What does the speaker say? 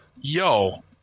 yo